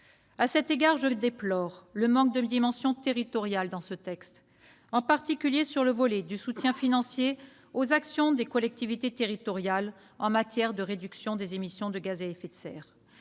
À cet égard, je déplore le manque d'une dimension territoriale dans ce texte, s'agissant, en particulier, du volet du soutien financier aux actions des collectivités territoriales en matière de réduction des émissions de gaz à effet de serre,